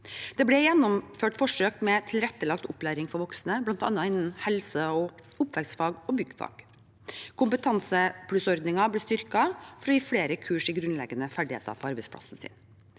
Det ble gjennomført forsøk med tilrettelagt opplæring for voksne, bl.a. innen helseog oppvekstfag og byggfag. Kompetansepluss-ordningen ble styrket for å gi flere kurs i grunnleggende ferdigheter på arbeidsplassen sin.